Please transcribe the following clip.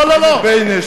לא, לא, לא.